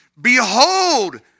Behold